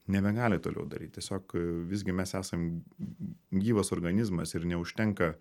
nebegali toliau daryt tiesiog visgi mes esam gyvas organizmas ir neužtenka